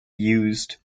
used